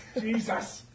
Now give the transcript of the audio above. Jesus